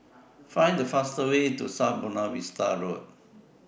Find The fastest Way to South Buona Vista Road